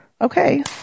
Okay